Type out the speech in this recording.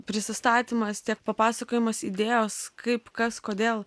prisistatymas tiek papasakojimas idėjos kaip kas kodėl